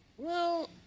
well,